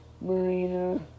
Marina